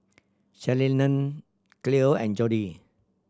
Shirleyann Cleo and Jody